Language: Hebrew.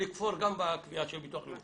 לכפור גם בקביעה של ביטוח לאומי.